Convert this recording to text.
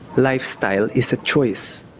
lifestyle is a choice.